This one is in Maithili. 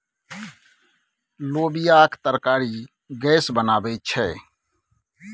लोबियाक तरकारी गैस बनाबै छै